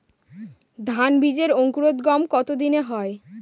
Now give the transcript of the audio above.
ধান বীজের অঙ্কুরোদগম কত দিনে হয়?